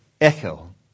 echo